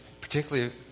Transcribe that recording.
particularly